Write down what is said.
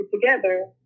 together